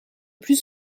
plus